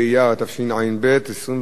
21 במאי 2012,